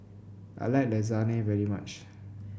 I like Lasagne very much